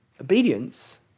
obedience